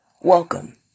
Welcome